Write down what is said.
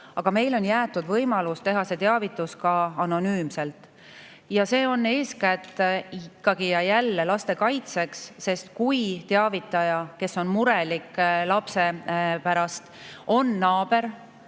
aga meile on jäetud võimalus teha see teavitus anonüümselt. Ja see on eeskätt ikkagi jälle laste kaitseks, sest kui teavitaja, kes on lapse pärast mures, on naaber